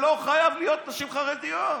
אלו לא חייבות להיות נשים חרדיות,